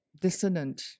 dissonant